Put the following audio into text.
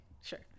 Sure